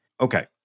Okay